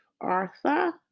Artha